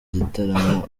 gitaramo